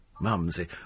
Mumsy